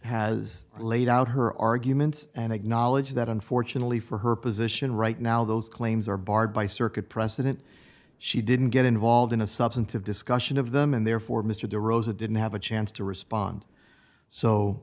has laid out her argument and acknowledge that unfortunately for her position right now those claims are barred by circuit precedent she didn't get involved in a substantive discussion of them and therefore mr de rosa didn't have a chance to respond so